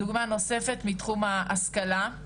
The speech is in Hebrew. דוגמה נוספת מתחום ההשכלה,